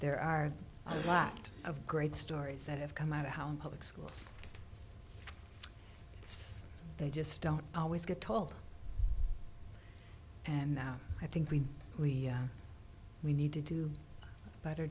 there are a lot of great stories that have come out of how in public schools it's they just don't always get told and now i think we we need to do a better